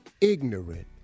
ignorant